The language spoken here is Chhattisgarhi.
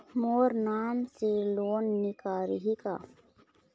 मोर नाम से लोन निकारिही का?